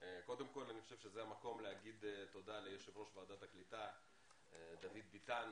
קודם כן אני חושב שזה המקום להגיד תודה ליו"ר ועדת הקליטה דוד ביטן,